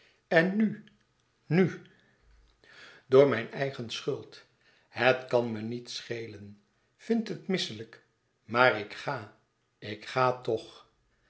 en nu nu door mijn eigen schuld het kan me niet schelen vind het misselijk maar ik ga ik ga toch